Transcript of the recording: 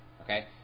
okay